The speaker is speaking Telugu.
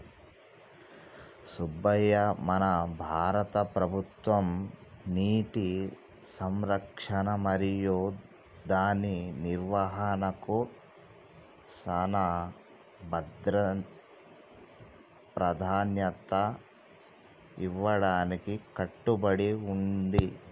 సుబ్బయ్య మన భారత ప్రభుత్వం నీటి సంరక్షణ మరియు దాని నిర్వాహనకు సానా ప్రదాన్యత ఇయ్యడానికి కట్టబడి ఉంది